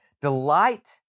delight